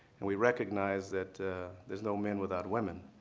and we recognize that there's no men without women.